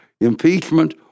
impeachment